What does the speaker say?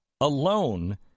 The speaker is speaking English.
alone